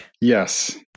Yes